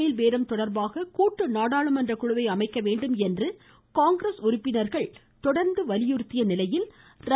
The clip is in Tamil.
பேல் பேரம் தொடர்பாக கூட்டு நாடாளுமன்ற குழுவை அமைக்க வேண்டும் என்று காங்கிரஸ் உறுப்பினர்கள் தொடர்ந்து வலியுறுத்திய நிலையில் ர